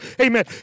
Amen